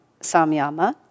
samyama